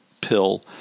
pill